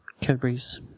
Cadbury's